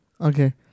Okay